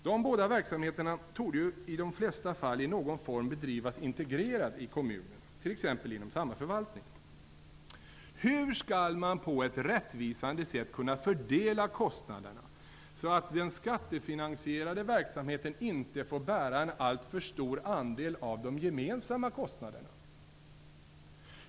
De båda verksamheterna torde i de flesta fall i någon form bedrivas integrerat i kommunen, t.ex. inom samma förvaltning. Hur skall man på ett rättvisande sätt kunna fördela kostnaderna så att den skattefinansierade verksamheten inte får bära allt för stor andel av de gemensamma kostnaderna?